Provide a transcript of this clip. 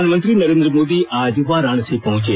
प्रधानमंत्री नरेन्द्र मोदी आज वाराणसी पहंचे